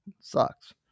Sucks